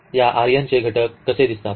या R n चे घटक कसे दिसतात